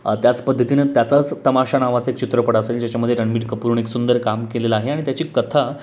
त्याच पद्धतीने त्याचाच तमाशा नावाचं एक चित्रपट असेल ज्याच्यामध्ये रणवीर कपूरनं एक सुंदर काम केलेलं आहे आणि त्याची कथा